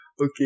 Okay